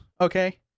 okay